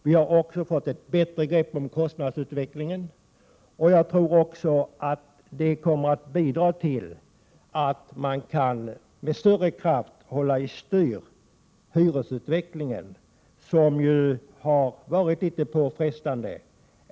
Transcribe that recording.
Vi har också fått ett bättre grepp om kostnadsutvecklingen. Jag tror det också kommer att bidra till att man med större kraft kan hålla i styr hyresutvecklingen, som ju har varit litet påfrestande.